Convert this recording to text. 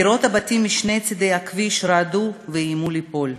קירות הבתים משני צדי הכביש רעדו ואיימו ליפול.